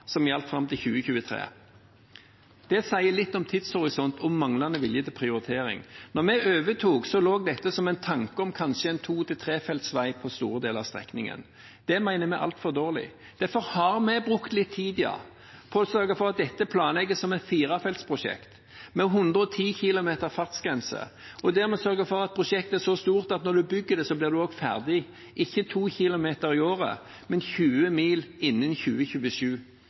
som gjaldt fram til 2023. Det sier litt om tidshorisonten og om manglende vilje til prioritering. Da vi overtok, lå dette som en tanke om kanskje en to- til trefelts vei på store deler av strekningen. Det mener vi er altfor dårlig, og derfor har vi brukt litt tid på å planlegge dette som et firefeltsprosjekt med 110 km/t fartsgrense, og dermed sørge for at prosjektet er så stort at når en bygger det, blir en også ferdig – ikke 2 km i året, men 20 mil innen 2027.